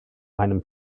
einem